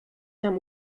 tam